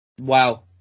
Wow